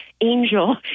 angel